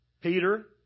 Peter